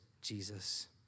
Jesus